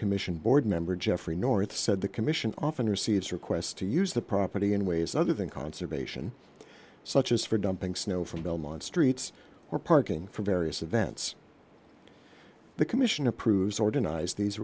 commission board member jeffrey north said the commission often receives requests to use the property in ways other than conservation such as for dumping snow from belmont streets or parking for various events the commission approves or denies these